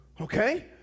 Okay